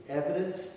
evidence